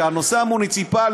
מכיוון שהנושא המוניציפלי,